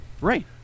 Right